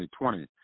2020